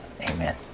Amen